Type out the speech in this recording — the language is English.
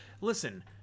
listen